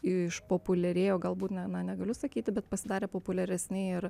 išpopuliarėjo galbūt ne na negaliu sakyti bet pasidarė populiaresni ir